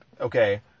Okay